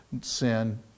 sin